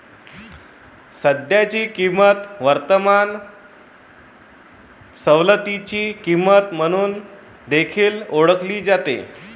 सध्याची किंमत वर्तमान सवलतीची किंमत म्हणून देखील ओळखली जाते